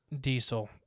diesel